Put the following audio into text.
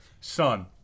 son